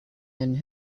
and